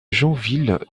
joinville